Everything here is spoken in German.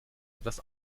etwas